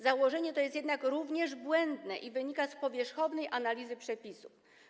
Założenie to jest jednak również błędne i wynika z powierzchownej analizy przepisu.